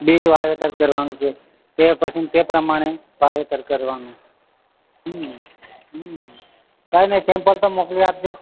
બીજ વાવેતર કરવાનું છે તે પછી ને તે પ્રમાણે વાવેતર કરવાનું કંઈ નહીં સેમ્પલ તો મોકલી આપજો